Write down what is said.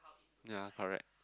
ya correct